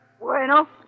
Bueno